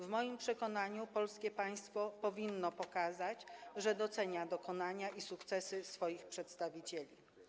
W moim przekonaniu polskie państwo powinno pokazać, że docenia dokonania i sukcesy swoich przedstawicieli.